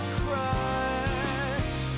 crush